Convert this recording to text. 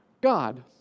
God